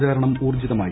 പ്രചാരണം ഊർജ്ജിതമാ്യി